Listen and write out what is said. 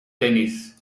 tenis